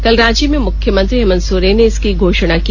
कल रांची में मुख्यमंत्री हेमंत सोरेन ने इसकी घोषणा की